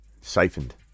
siphoned